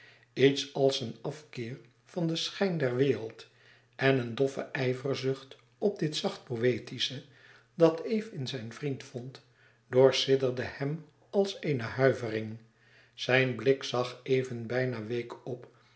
iets als een afkeer van den schijn der wereld en een doffe ijverzucht op dit zacht poëtische dat eve in zijn vriend vond doorsidderde hem als eene huivering zijn blik zag even bijna week op